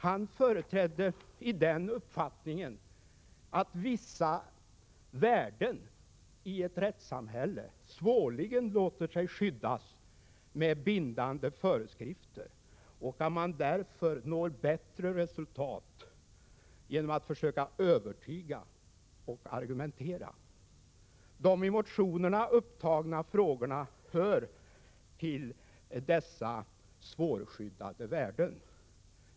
Han företräder i artikeln uppfattningen att vissa värden i ett rättssamhälle svårligen låter sig skyddas med bindande föreskrifter och att man därför når bättre resultat genom att försöka övertyga och argumentera. De i motionerna upptagna frågorna hör till dessa svårskyddade värden.